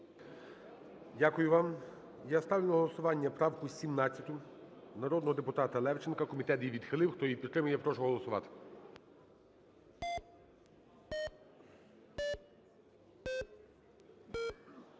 Дякую вам. Я ставлю на голосування правку 17-у народного депутата Левченка. Комітет її відхилив. Хто її підтримує, я прошу голосувати.